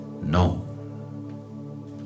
No